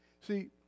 See